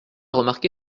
remarqué